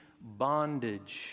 bondage